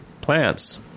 plants